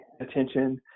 attention